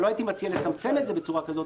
לא הייתי מציע לצמצם את זה בצורה כזאת,